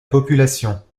population